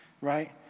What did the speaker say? right